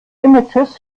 images